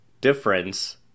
difference